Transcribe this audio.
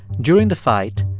during the fight,